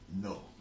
No